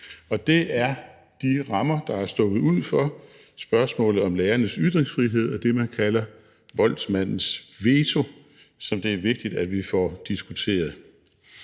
Det er de rammer, der er stukket ud for spørgsmålet om lærernes ytringsfrihed, og det, man kalder voldsmandens veto, som det er vigtigt at vi får diskuteret.